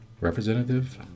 representative